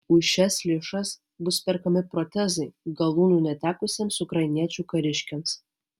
už šias lėšas bus perkami protezai galūnių netekusiems ukrainiečių kariškiams